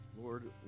Lord